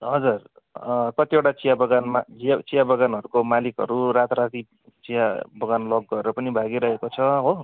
हजुर कतिवटा चिया बगानमा चिया चिया बगानहरूको मालिकहरू राता राति चिया बगान लक गरेर पनि भागिरहेको छ हो